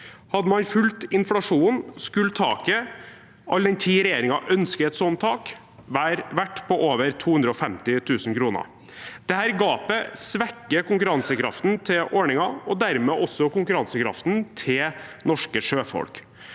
Hadde man fulgt inflasjonen, skulle taket – all den tid regjeringen ønsker et sånt tak – vært på over 250 000 kr. Dette gapet svekker konkurransekraften til ordningen og dermed også konkurransekraften til norske sjøfolk.